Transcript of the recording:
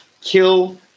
kill